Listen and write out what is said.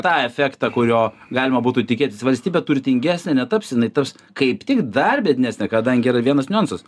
tą efektą kurio galima būtų tikėtis valstybė turtingesnė netaps jinai taps kaip tik dar biednesnė kadangi yra vienas niuansas